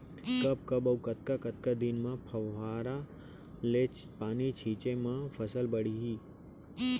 कब कब अऊ कतका कतका दिन म फव्वारा ले पानी छिंचे म फसल बाड़ही?